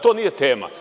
To nije tema.